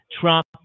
Trump